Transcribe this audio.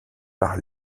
par